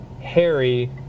Harry